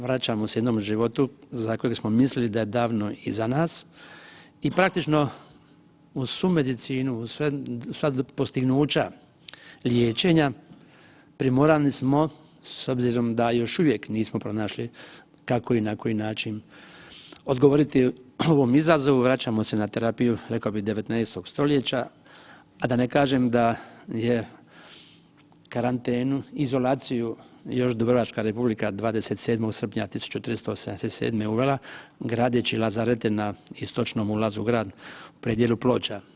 Vraćamo se jednom životu za kojeg smo mislili da je davno iza nas i praktično uz svu medicinu, uz sva postignuća liječenja, primorani smo s obzirom da još uvijek nismo pronašli kako i na koji način odgovoriti ovom izazovu, vraćamo se na terapiju, rekao bih, 19. st., a da ne kažem da je karantenu, izolaciju još Dubrovačka republika 27. srpnja 1387. uvela gradeći lazarete na istočnom ulazu u grad u predjelu Ploča.